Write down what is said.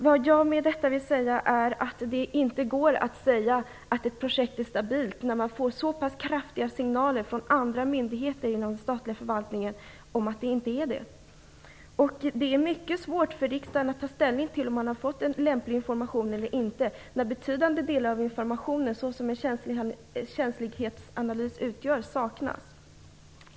Vad jag med detta vill säga är att det inte går att påstå att ett projekt är stabilt när det kommer så pass kraftiga signaler från andra myndigheter inom den statliga förvaltningen om att så inte är fallet. Det är mycket svårt för riksdagen att ta ställning till om den har fått en lämplig information eller inte när betydande delar av den information som krävs för en känslighetsanalys saknas.